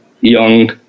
young